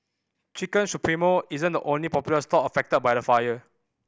Chicken Supremo isn't the only popular stall affected by the fire